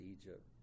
Egypt